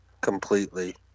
completely